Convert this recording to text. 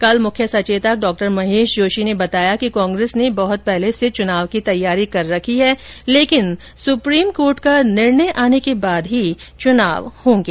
कल मुख्य संचेतक डॉ महेश जोशी ने बताया कि कांग्रेस ने बहुत पहले से चुनाव की तैयारी कर रखी है लेकिन सुप्रीम कोर्ट का निर्णय आने के बाद चुनाव होंगे